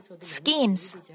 schemes